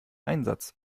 einsatz